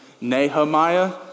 Nehemiah